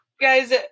guys